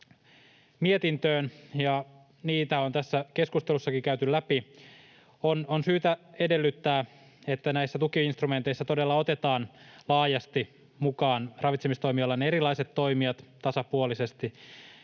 mietintöön, ja niitä on tässä keskustelussakin käyty läpi. On syytä edellyttää, että näissä tuki-instrumenteissa todella otetaan laajasti mukaan ravitsemistoimialan erilaiset toimijat tasapuolisesti.